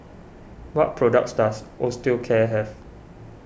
what products does Osteocare have